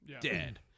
dead